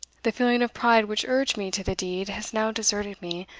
the feeling of pride which urged me to the deed has now deserted me,